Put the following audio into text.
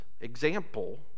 example